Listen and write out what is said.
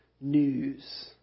news